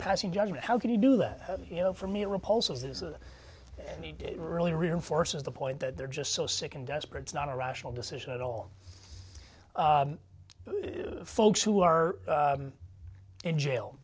passing judgment how can you do that you know for me riposte is that and he didn't really reinforces the point that they're just so sick and desperate it's not a rational decision at all folks who are in jail